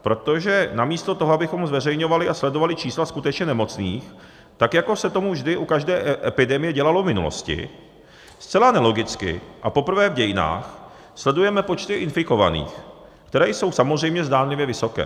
Protože namísto toho, abychom zveřejňovali a sledovali čísla skutečně nemocných, tak jako se to vždy u každé epidemie dělalo v minulosti, zcela nelogicky a poprvé v dějinách sledujeme počty infikovaných, které jsou samozřejmě zdánlivě vysoké.